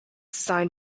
designed